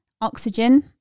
Oxygen